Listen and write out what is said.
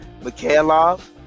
Mikhailov